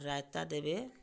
ରାଇତା ଦେବେ